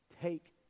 Take